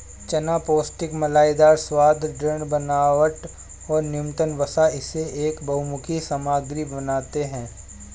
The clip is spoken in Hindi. चना पौष्टिक मलाईदार स्वाद, दृढ़ बनावट और न्यूनतम वसा इसे एक बहुमुखी सामग्री बनाते है